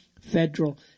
federal